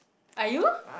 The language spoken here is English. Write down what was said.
are you